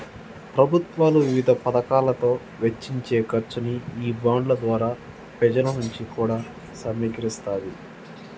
ప్రభుత్వాలు వివిధ పతకాలలో వెచ్చించే ఖర్చుని ఈ బాండ్ల ద్వారా పెజల నుంచి కూడా సమీకరిస్తాది